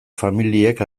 familiek